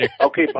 Okay